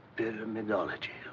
pyramidology.